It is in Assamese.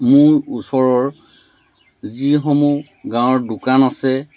মোৰ ওচৰৰ যিসমূহ গাঁৱৰ দোকান আছে